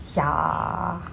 ya